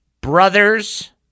brothers